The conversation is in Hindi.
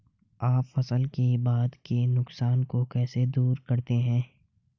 आप फसल के बाद के नुकसान को कैसे दूर करते हैं?